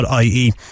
IE